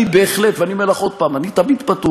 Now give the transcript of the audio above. אני בהחלט, אני אומר לך עוד פעם: אני תמיד פתוח.